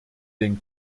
den